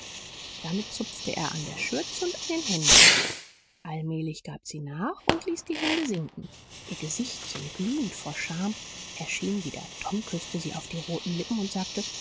damit zupfte er an der schürze und an den händen allmählich gab sie nach und ließ die hände sinken ihr gesichtchen glühend vor scham erschien wieder tom küßte sie auf die roten lippen und sagte